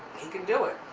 he can do it.